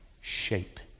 shape